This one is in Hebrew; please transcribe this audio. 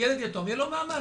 שילד יתום יהיה לו מעמד.